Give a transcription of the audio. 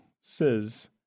says